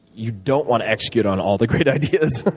you don't want to execute on all the great ideas.